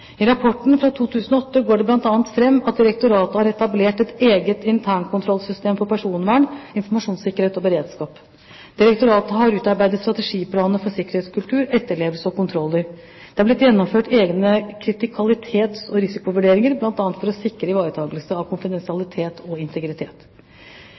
I rapporten fra 2008 går det bl.a. fram at direktoratet har etablert et eget internkontrollsystem for personvern, informasjonssikkerhet og beredskap. Direktoratet har utarbeidet strategiplaner for sikkerhetskultur, etterlevelse og kontroller. Det er blitt gjennomført egne kritikalitets- og risikovurderinger, bl.a. for å sikre ivaretakelse av